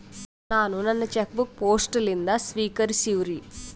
ನಾನು ನನ್ನ cheque book post ಲಿಂದ ಸ್ವೀಕರಿಸಿವ್ರಿ